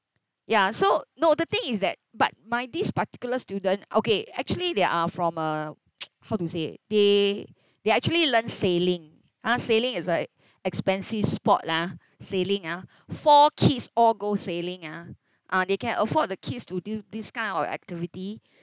ya so no the thing is that but my this particular student okay actually they are from a how to say they they actually learn sailing ah sailing is like expensive sport lah sailing ah four kids all go sailing ah ah they can afford the kids to do this kind of activity